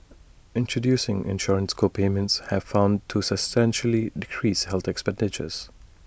introducing insurance co payments have found to substantially decrease health expenditures